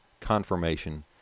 confirmation